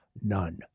none